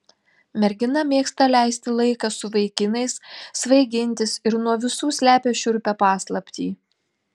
mergina mėgsta leisti laiką su vaikinais svaigintis ir nuo visų slepia šiurpią paslaptį